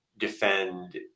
defend